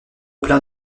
plein